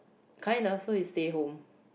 kind of so he stay home